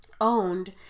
owned